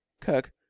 kirk